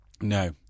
No